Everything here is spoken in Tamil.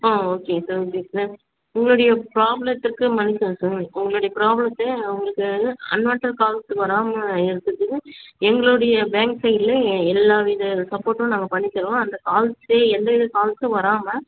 ஆ ஓகே சார் ஓகே சார் உங்களுடைய ப்ராப்ளத்திற்கு சார் உங்களுடைய ப்ராப்ளத்தை உங்களுக்கு அன்வான்டட் கால்ஸ் வராமல் இருக்கிறதுக்கு எங்களுடைய பேங்க் சைட்ல எல்லா வித சப்போட்டும் நாங்கள் பண்ணித்தறோம் அந்த கால்ஸ் எந்த வித கால்ஸும் வராமல்